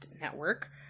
Network